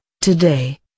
Today